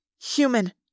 human